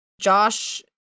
Josh